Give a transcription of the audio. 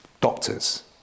Doctors